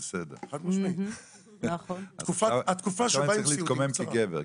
אתה צריך להתקומם כגבר.